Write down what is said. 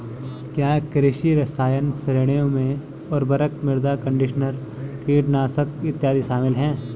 क्या कृषि रसायन श्रेणियों में उर्वरक, मृदा कंडीशनर, कीटनाशक इत्यादि शामिल हैं?